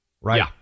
Right